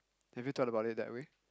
have you thought about it that way